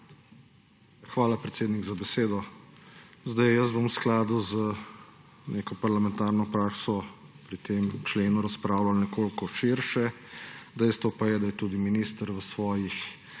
Hvala, predsednik, za besedo. Jaz bom v skladu z neko parlamentarno prakso pri tem členu razpravljal nekoliko širše. Dejstvo pa je, da je tudi minister v svojih